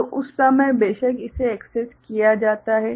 तो उस समय बेशक इसे एक्सेस किया जाता है